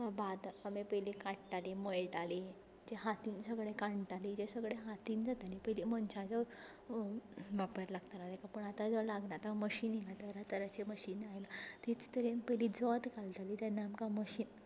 भात जे आमी पयलीं काडटालीं मळटालीं जे हातीन सगळे काणटालीं तें सगलें हातीन जातालें पयलीं मनशाचो वापर लागतालो ताका पूण आतां तो लागना आतां मशीन आयलां आतां तरातराचें मशीन आयलां तेच तरेन पयलीं जोत घालतालें तेन्ना आमकां मशीन